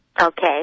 okay